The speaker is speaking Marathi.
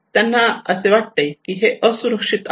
त्यांना असे वाटते की हे असुरक्षित आहे